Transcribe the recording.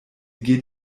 geht